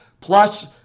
plus